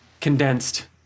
condensed